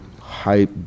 hype